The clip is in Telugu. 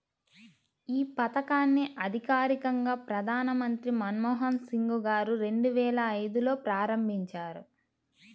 యీ పథకాన్ని అధికారికంగా ప్రధానమంత్రి మన్మోహన్ సింగ్ గారు రెండువేల ఐదులో ప్రారంభించారు